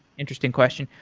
interesting question.